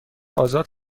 آزاد